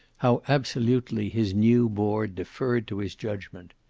how absolutely his new board deferred to his judgment.